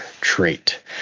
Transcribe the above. trait